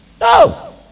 No